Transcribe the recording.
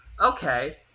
okay